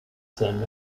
son